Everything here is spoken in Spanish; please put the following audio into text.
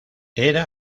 era